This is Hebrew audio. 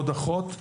עוד אחות,